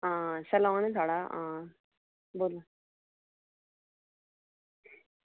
हां सैलून ई साढ़ा हां बोलो